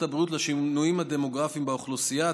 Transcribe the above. הבריאות לשינויים הדמוגרפיים באוכלוסייה.